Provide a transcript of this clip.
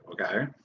okay